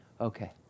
Okay